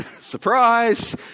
Surprise